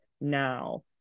now